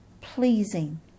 pleasing